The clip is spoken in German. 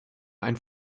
ein